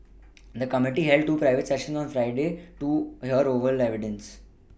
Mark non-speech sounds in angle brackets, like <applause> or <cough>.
<noise> the committee held two private sessions on Friday to hear oral evidence